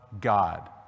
God